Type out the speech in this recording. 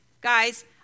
Guys